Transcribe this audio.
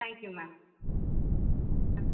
thank you ma'am ah